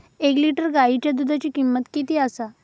एक लिटर गायीच्या दुधाची किमंत किती आसा?